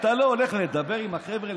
אתה לא הולך לדבר עם החבר'ה,